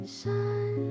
sun